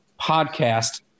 podcast